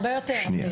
הרבה יותר.